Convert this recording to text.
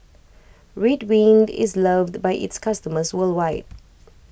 Ridwind is loved by its customers worldwide